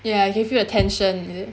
ya give you attention is it